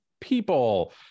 people